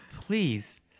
please